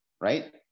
right